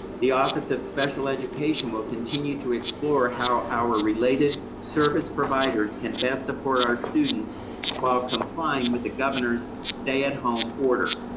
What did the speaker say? the office of special education will continue to explore how our related service providers can best support our students while complying with the governor's stay at home order.